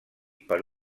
per